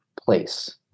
place